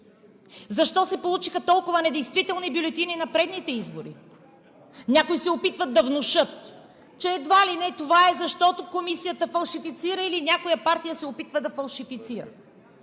Защо се получиха толкова недействителни бюлетини на предните избори? Някои се опитват да внушат, че едва ли не това е, защото комисията фалшифицира или някоя партия се опитва да фалшифицира.